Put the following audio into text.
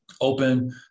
open